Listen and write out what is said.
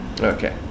Okay